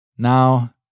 Now